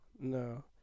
No